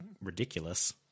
ridiculous